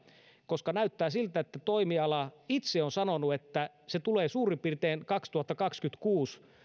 koska näyttää siltä että toimiala itse on sanonut että se käyttö tulee suurin piirtein kaksituhattakaksikymmentäkuusi